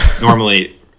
normally